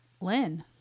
Lynn